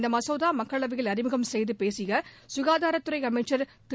இந்த மசோதாவை மக்களவையில் அறிமுகம் செய்துப்பேசிய ககாதாரத்துறை அமைச்சர் திரு